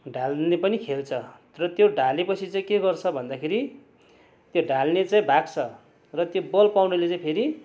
ढाल्ने पनि खेल्छ तर त्यो ढालेपछि चाहिँ के गर्छ भन्दाखेरि त्यो ढाल्ने चाहिँ भाग्छ र त्यो बल पाउनेले चाहिँ फेरि